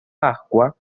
pascua